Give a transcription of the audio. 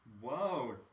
Whoa